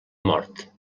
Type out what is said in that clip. mort